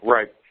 Right